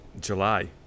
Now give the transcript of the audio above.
July